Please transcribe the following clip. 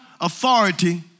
authority